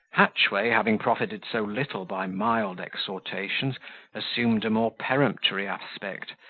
hatchway, having profited so little by mild exhortations assumed a more peremptory aspect,